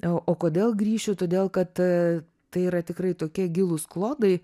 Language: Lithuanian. o kodėl grįšiu todėl kad tai yra tikrai tokie gilūs klodai